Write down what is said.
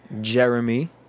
Jeremy